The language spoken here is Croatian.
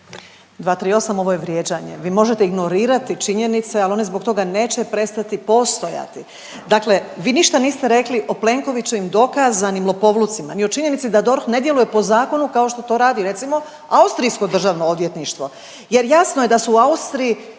238., ovo je vrijeđanje. Vi možete ignorirati činjenice, ali one zbog toga neće prestati postojati. Dakle, vi ništa niste rekli o Plenkovićevim dokazanim lopovlucima, ni o činjenici da DORH ne djeluje po zakonu kao što to radi recimo austrijsko Državno odvjetništvo jer jasno je da su u Austriji